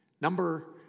Number